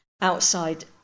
outside